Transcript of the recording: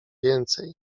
więcej